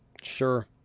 Sure